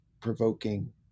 provoking